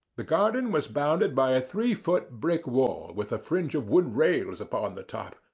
the garden was bounded by a three-foot brick wall with a fringe of wood rails upon the top,